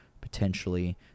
potentially